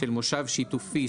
של מושב שיתופי,